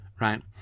right